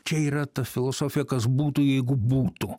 čia yra ta filosofija kas būtų jeigu būtų